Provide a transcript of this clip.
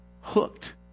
hooked